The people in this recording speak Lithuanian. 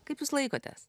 kaip jūs laikotės